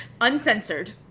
uncensored